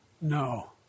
No